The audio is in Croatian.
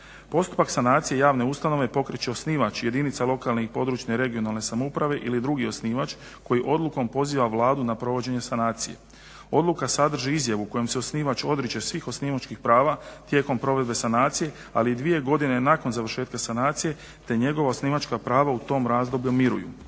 Postupak sanacije javne ustanove pokrit će osnivač, jedinica lokalne i područne (regionalne) samouprave ili drugi osnivač koji odlukom poziva Vladu na provođenje sanacije. Odluka sadrži izjavu kojom se osnivač odriče svih osnivačkih prava tijekom provedbe sanacije, ali i dvije godine nakon završetka sanacije, te njegova osnivačka prava u tom razdoblju miruju.